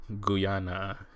Guyana